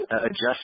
Adjust